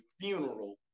funeral